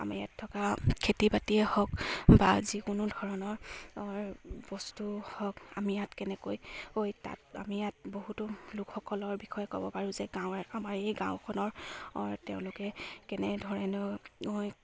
আমাৰ ইয়াত থকা খেতি বাতিয়ে হওক বা যিকোনো ধৰণৰ বস্তু হওক আমি ইয়াত কেনেকৈ তাত আমি ইয়াত বহুতো লোকসকলৰ বিষয়ে ক'ব পাৰোঁ যে গাঁৱে আমাৰ এই গাঁওখনৰ তেওঁলোকে কেনেধৰণে